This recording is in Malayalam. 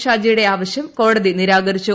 ഷാജിയുടെ ആവശ്യം കോടതി നിരാകരിച്ചു